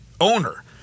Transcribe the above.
owner